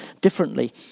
differently